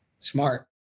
Smart